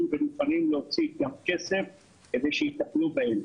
ולפעמים להוציא גם כסף כדי שיטפלו בהם.